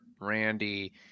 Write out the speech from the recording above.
Randy